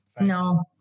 No